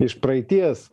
iš praeities